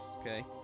Okay